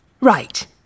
Right